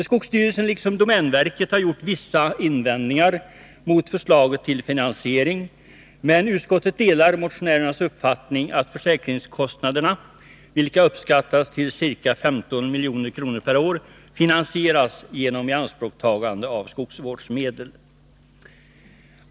Skogsstyrelsen liksom domänverket har gjort vissa invändningar mot förslaget till finansiering, men utskottet delar motionärernas uppfattning att försäkringskostnaderna, vilka uppskattas till ca 15 milj.kr. per år, finansieras genom ianspråktagande av skogsvårdsmedel.